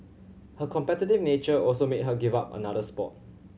her competitive nature also made her give up another sport